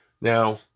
Now